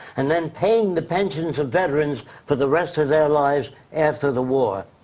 and then paying the pensions of veterans for the rest of their lives, after the war.